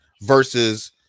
versus